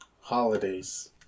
Holidays